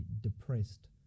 depressed